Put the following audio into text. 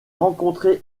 rencontré